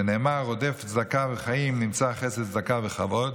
"רודף צדקה וחיים ימצא חסד צדקה וכבוד".